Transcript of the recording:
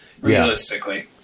realistically